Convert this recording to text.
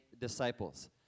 disciples